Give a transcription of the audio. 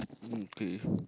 okay